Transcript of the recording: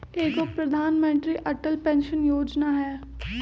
एगो प्रधानमंत्री अटल पेंसन योजना है?